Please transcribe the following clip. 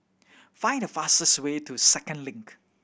find the fastest way to Second Link